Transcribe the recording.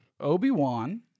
Obi-Wan